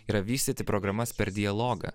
yra vystyti programas per dialogą